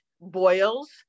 boils